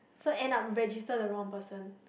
so end up register the wrong person